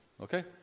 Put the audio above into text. okay